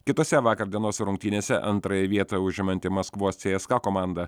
kitose vakar dienos rungtynėse antrąją vietą užimanti maskvos cska komanda